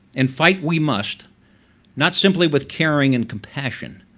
and fight we must not simply with caring and compassion,